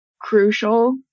crucial